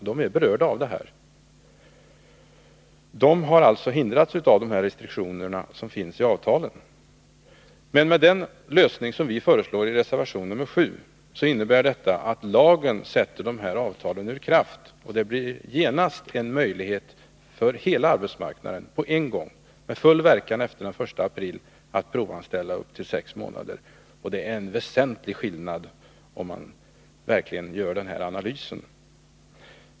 De är berörda av detta. De har hindrats av restriktionerna i avtalen. Den lösning som vi föreslår i reservation 7 innebär att lagen sätter dessa avtal ur kraft. Hela arbetsmarknaden får den 1 april på en gång möjlighet att provanställa upp till sex månader. Det innebär en väsentlig skillnad, om man verkligen gör denna analys.